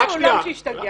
מה זה עולם שהשתגע?